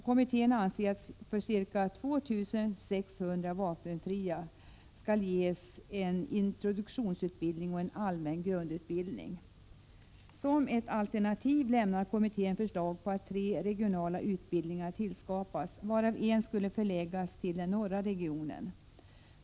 Kommittén anser att det för ca 2 600 vapenfria skall ges en introduktionsutbildning och en allmän grundutbildning. Som ett alternativ lämnar kommittén förslag på att tre regionala utbildningar tillskapas, av vilka en skall förläggas till den norra regionen.